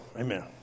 Amen